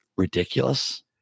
ridiculous